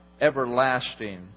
everlasting